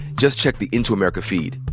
just check the into america feed.